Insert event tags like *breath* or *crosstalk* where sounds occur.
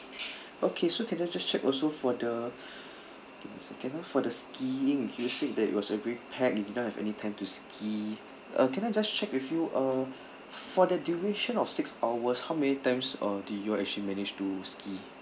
*breath* okay so can I just check also for the *breath* give me a second ah for the skiing you said that it was very packed you did not have any time to ski uh can I just check with you uh for that duration of six hours how many times uh did you all actually manage to ski